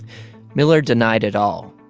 miller denied it all,